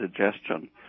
digestion